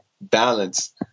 balance